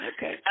Okay